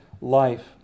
life